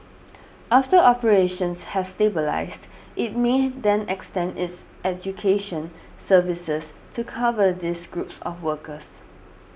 after operations have stabilised it may then extend its education services to cover these groups of workers